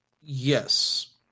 Yes